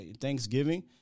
Thanksgiving